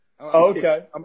okay